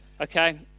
Okay